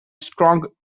strong